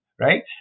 Right